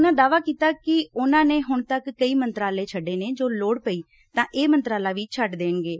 ਉਨ੍ਹਾਂ ਦਾਅਵਾ ਕੀਤਾ ਕਿ ਉਨ੍ਹਾਂ ਨੇ ਹੁਣ ਤੱਕ ਕਈ ਮੰਤਰਾਲੇ ਛੱਡੇ ਨੇ ਜੇ ਲੋੜ ਪਈ ਤਾਂ ਇਹ ਮੰਤਰਾਲਾ ਵੀ ਛੱਡ ਦੇਣਗੇ